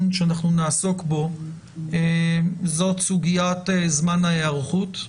ואנחנו נעסוק בו זאת סוגיית זמן ההיערכות.